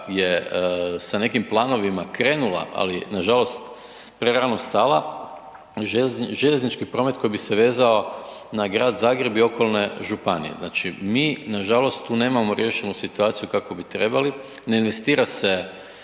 je sa nekim planovima krenula ali nažalost prerano stala, željeznički promet koji bi se vezao na grad Zagreb i okolne županije. Znači, mi nažalost tu nemamo riješenu situaciju kako bi trebali, ne investira se